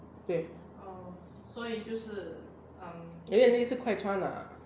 对是快穿啦